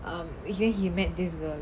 um then he met this girl